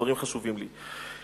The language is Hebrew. הדברים חשובים לי.